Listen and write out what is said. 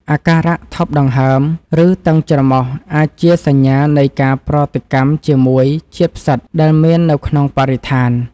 អាការៈថប់ដង្ហើម ឬតឹងច្រមុះអាចជាសញ្ញានៃការប្រតិកម្មជាមួយជាតិផ្សិតដែលមាននៅក្នុងបរិស្ថាន។